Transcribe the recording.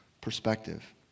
perspective